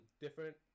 different